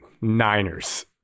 Niners